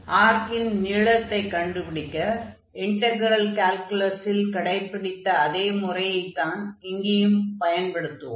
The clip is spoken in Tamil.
ஆர்க்கின் நீளத்தை கண்டுபிடிக்க இன்டக்ரெல் கால்குலஸில் கடைப்பிடித்த அதே முறையை இங்கே பயன்படுத்துவோம்